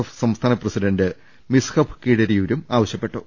F സംസ്ഥാന president Mishab കീഴരിയൂരൂം ആവശ്യപ്പെട്ടു